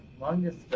longest